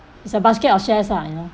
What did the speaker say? it's a basket of shares lah you know